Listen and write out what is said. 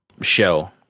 show